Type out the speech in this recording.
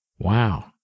Wow